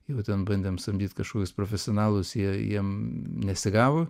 jau ten bandėm samdyt kažkokius profesionalus jie jiem nesigavo